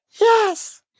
Yes